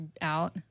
out